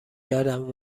کردم